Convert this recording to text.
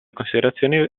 considerazioni